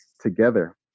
together